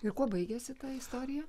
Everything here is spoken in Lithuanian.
ir kuo baigėsi ta istorija